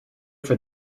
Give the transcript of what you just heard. for